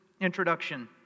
introduction